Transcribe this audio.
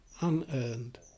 unearned